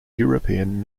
european